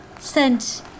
sent